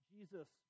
Jesus